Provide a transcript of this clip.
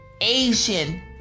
Asian